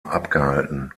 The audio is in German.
abgehalten